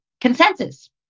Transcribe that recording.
consensus